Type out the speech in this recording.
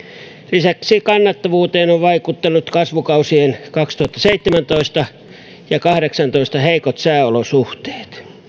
lisäksi kannattavuuteen ovat vaikuttaneet kasvukausien kaksituhattaseitsemäntoista ja kaksituhattakahdeksantoista heikot sääolosuhteet